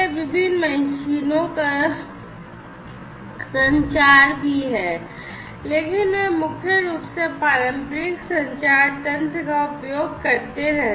विभिन्न मशीनों का संचार भी है लेकिन वे मुख्य रूप से पारंपरिक संचार तंत्र का उपयोग करते रहे हैं